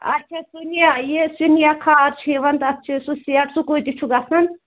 اچھا سُنیا یہِ سُنیا کھاد چھُ یوان تتھ چھُ سُی سٮ۪ٹ سُہ کۭتس چھُ گژھان